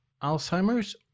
Alzheimer's